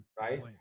Right